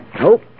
Nope